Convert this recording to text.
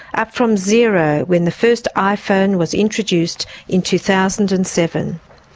up from zero when the first iphone was introduced in two thousand and seven.